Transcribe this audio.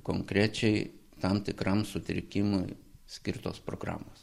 konkrečiai tam tikram sutrikimui skirtos programos